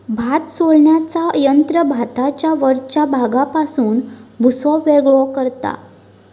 भात सोलण्याचा यंत्र भाताच्या वरच्या भागापासून भुसो वेगळो करता